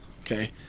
okay